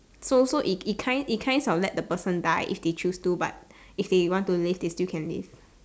so so it kind it kinds of let the person die if they choose to but if they want to live they still can live